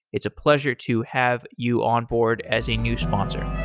it's a pleasure to have you onboard as a new sponsor